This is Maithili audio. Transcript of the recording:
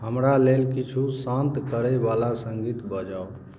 हमरा लेल किछु शान्त करय वला संगीत बजाउ